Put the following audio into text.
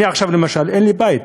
אני עכשיו, למשל, אין לי בית.